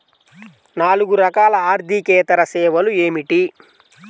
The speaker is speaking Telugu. నాలుగు రకాల ఆర్థికేతర సేవలు ఏమిటీ?